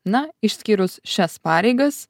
na išskyrus šias pareigas